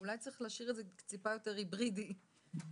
אולי צריך להשאיר את זה טיפה יותר היברידי, גמיש.